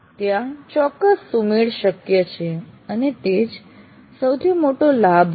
ત્યાં ચોક્કસ સુમેળ શક્ય છે અને તે જ સૌથી મોટો લાભ છે